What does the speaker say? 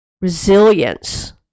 resilience